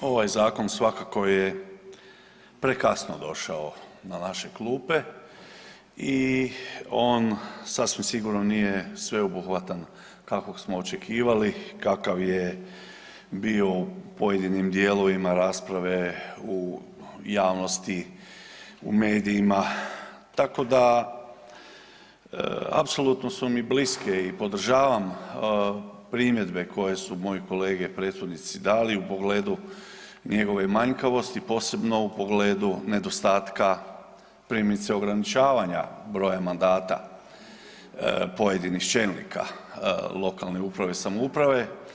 Ovaj zakon svakako je prekasno došao na naše klupe i on sasvim sigurno nije sveobuhvatan kakvog smo očekivali, kakav je bio u pojedinim dijelovima rasprave u javnosti, u medijima tako da apsolutno su mi bliske i podržavam primjedbe koje su moje kolege prethodnici dali u pogledu njegove manjkavosti posebno u pogledu nedostatka primjerice ograničavanja broja mandata pojedinih čelnika lokalne uprave i samouprave.